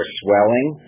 swelling